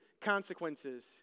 consequences